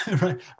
right